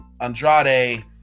Andrade